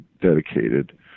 dedicated